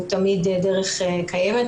היא תמיד דרך קיימת,